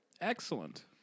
Excellent